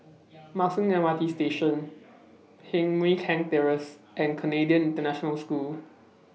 Marsiling M R T Station Heng Mui Keng Terrace and Canadian International School